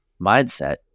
mindset